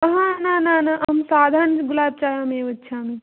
न न न अहं साधारणगुलाब् चायमेव इच्छामि